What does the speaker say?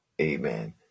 Amen